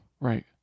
Right